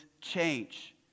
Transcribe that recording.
change